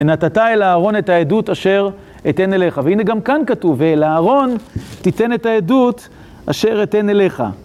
נתת אל אהרון את העדות אשר אתן אליך. והנה גם כאן כתוב, ואל אהרון תיתן את העדות אשר אתן אליך.